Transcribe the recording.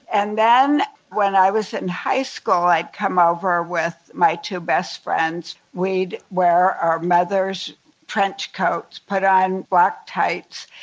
and then, when i was in high school, i'd come over with my two best friends. we'd wear our mothers' trench coats, put on black tights,